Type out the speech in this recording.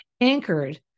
anchored